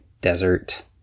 desert